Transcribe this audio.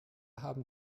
haben